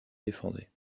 défendait